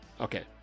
Okay